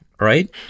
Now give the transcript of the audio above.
right